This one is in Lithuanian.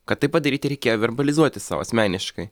kad tai padaryti reikėjo verbalizuoti sau asmeniškai